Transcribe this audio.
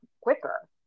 quicker